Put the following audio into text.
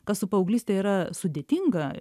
kas su paauglyste yra sudėtinga